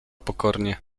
pokornie